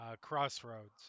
crossroads